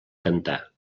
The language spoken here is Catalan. cantar